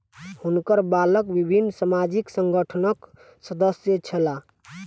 हुनकर बालक विभिन्न सामाजिक संगठनक सदस्य छला